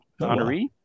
honoree